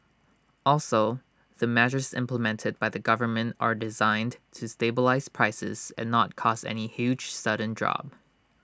also the measures implemented by the government are designed to stabilise prices and not cause any huge sudden drop